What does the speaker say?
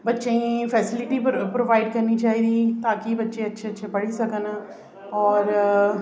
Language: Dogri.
बच्चें ई फैसिलिटी प्रोवाइड करनी चाहिदी ता कि बच्चे अच्छे अच्छे पढ़ी सकन और